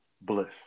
bliss